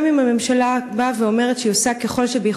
גם אם הממשלה באה ואומרת שהיא עושה כל שביכולתה,